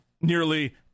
nearly